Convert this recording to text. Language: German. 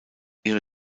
ihre